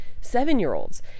seven-year-olds